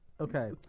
Okay